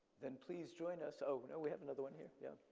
then please join us, oh no, we have another one here, yeah.